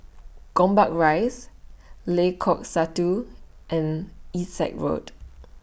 Gombak Rise Lengkok Satu and Essex Road